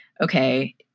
okay